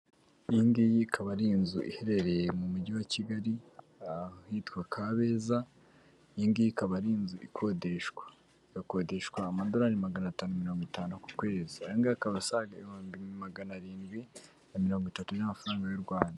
Iyi ngiyi ikaba ari inzu iherereye mu mujyi wa Kigali, ahitwa Kabeza. iyi ngiyi ikaba ari inzu ikodeshwa igakodeshwa amadorari magana atanu mirongo itanu, ku kwezi. Aya ngaya akaba asaga ibihumbi magana arindwi na mirongo itatu, by'amafaranga y'u Rwanda.